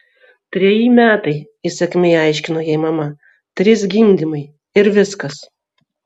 treji metai įsakmiai aiškino jai mama trys gimdymai ir viskas